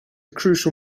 crucial